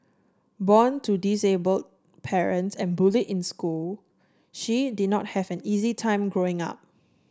born to disabled parents and bullied in school she did not have an easy time Growing Up